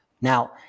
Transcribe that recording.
Now